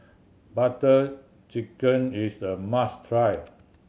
Butter Chicken is a must try